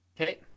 okay